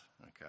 Okay